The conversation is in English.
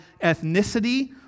ethnicity